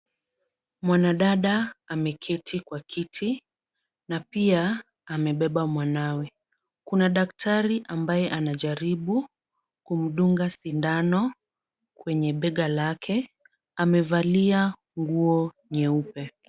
Mwanadada ameketi kwa kiti na pia amebeba mwanawe. Kuna daktari ambaye anajaribu kumdunga sindano kwenye bega lake, amevalia nguo nyeupe.